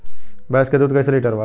भैंस के दूध कईसे लीटर बा?